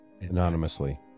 anonymously